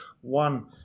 one